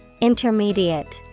Intermediate